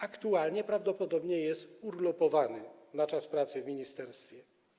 Aktualnie prawdopodobnie jest on urlopowany na czas pracy w ministerstwie.